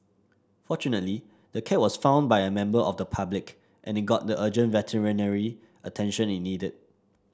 fortunately the cat was found by a member of the public and it got the urgent veterinary attention it needed